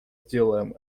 сделаем